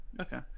okay